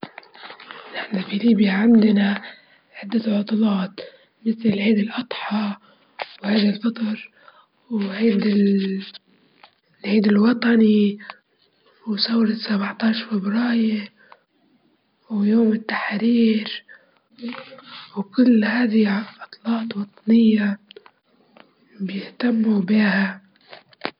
أكيد المعتقد المهم بالنسبة ليا هو العمل الجاد والتفاؤل مهما كانت الصعوبات والأمل والعمل المستمر يساعدنا نتغلبو على كل المشاكل وكل شئ، وهذا اللي أنا نود تعليمه لكل الناس وبعدين بالأمل والتفاؤل كل شئ نقدرو نتغلبوا عليه.